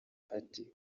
ati